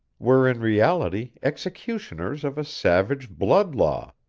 were in reality executioners of a savage blood-law.